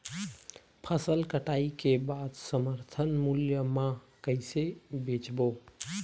फसल कटाई के बाद समर्थन मूल्य मा कइसे बेचबो?